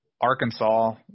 Arkansas